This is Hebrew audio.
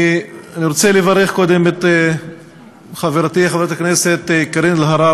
אני רוצה לברך קודם כול את חברתי חברת הכנסת קארין אלהרר